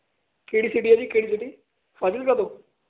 ਕਿਹੜੀ ਸਿਟੀ ਐ ਜੀ ਕਿਹੜੀ ਸਿਟੀ ਫਾਜਿਲਕਾ ਤੋਂ